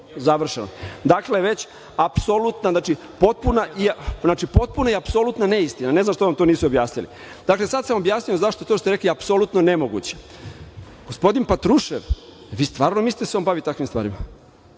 Završeno. Dakle, potpuna i apsolutna neistina. Ne znam što vam to nisu objasnili. Dakle, sada sam vam objasnio zašto to što ste rekli je apsolutno nemoguće. Gospodin Patrušev, vi stvarno mislite da se on bavi takvim stvarima